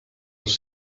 els